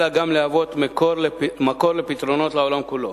אלא גם להוות מקור לפתרונות לעולם כולו.